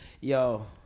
yo